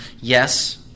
yes